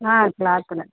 క్లాతులు